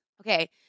Okay